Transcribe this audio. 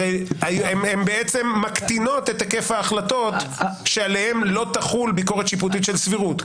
הן מקטינות את היקף ההחלטות שעליהן לא תחול ביקורת שיפוטית של סבירות.